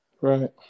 Right